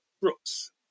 Brooks